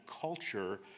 culture